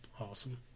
Awesome